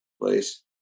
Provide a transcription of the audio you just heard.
place